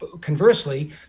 conversely